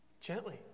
Gently